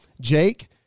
Jake